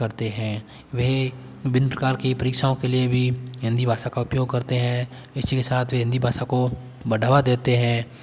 करते हैं वह विभिन्न प्रकार के परीक्षाओं के लिए भी हिंदी भाषा का उपयोग करते हैं इसी के साथ वे हिंदी भाषा को बढ़ावा देते हैं